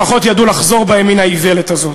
לפחות ידעו לחזור בהם מן האיוולת הזאת.